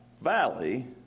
valley